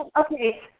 okay